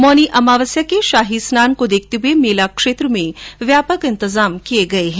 मौनी अमावस्या के शाही स्नान को देखते हुए मेला क्षेत्र में व्यापक इंतजाम किये गये है